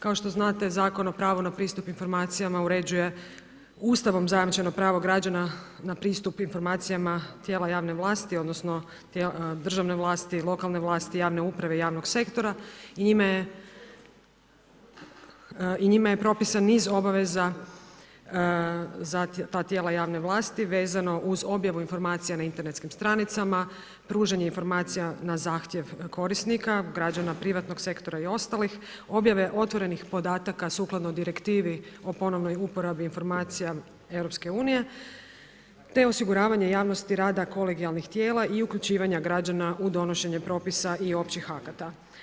Kao što znate Zakon o pravu na pristup informacijama uređuje Ustavom zajamčeno pravo građana na pristup informacijama tijela javne vlasti odnosno državne vlasti, lokalne vlasti, javne uprave, javnog sektora i njima je propisan niz obaveza za ta tijela javne vlasti vezano uz objavu informacija na internetskim stranicama, pružanje informacija na zahtjev korisnika, građana privatnog sektora i ostalih, objave otvorenih podataka sukladno Direktivi o ponovnoj uporabi informacija EU, te osiguravanje javnosti rada kolegijalnih tijela i uključivanje građana u donošenje propisa i općih akata.